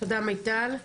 תודה מיטל.